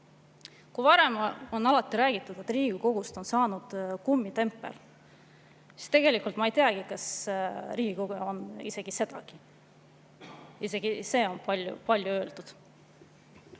Kui varem on alati räägitud, et Riigikogust on saanud kummitempel, siis tegelikult ma ei teagi, kas Riigikogu on isegi seda. Isegi see on palju öeldud.